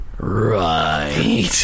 Right